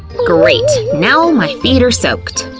great, now my feet are soaked.